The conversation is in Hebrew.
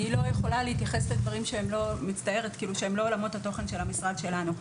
אני לא יכולה להתייחס לדברים שהם לא עולמות התוכן של המשרד שלנו,